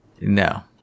No